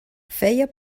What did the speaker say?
feia